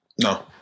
no